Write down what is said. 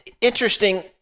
interesting